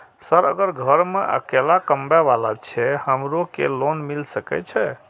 Sir अगर घर में अकेला कमबे वाला छे हमरो के लोन मिल सके छे?